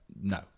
no